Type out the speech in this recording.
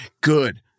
Good